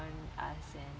around us and